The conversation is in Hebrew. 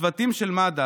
הצוותים של מד"א,